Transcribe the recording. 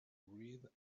read